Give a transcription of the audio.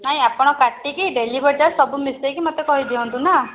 ନାଇଁ ଆପଣ କାଟିକି ଡେଲିଭରଟା ସବୁ ମିଶେଇ ମତେ କହିଦିଅନ୍ତୁ ନା